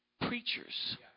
preachers